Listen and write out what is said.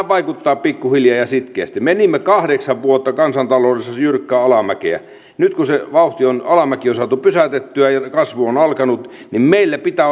vaikuttaa pikkuhiljaa ja sitkeästi menimme kahdeksan vuotta kansantaloudessa jyrkkää alamäkeä nyt kun se alamäki on saatu pysäytettyä ja kasvu on alkanut niin meillä pitää